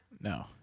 No